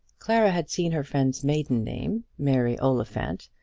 clara had seen her friend's maiden name, mary oliphant,